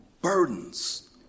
burdens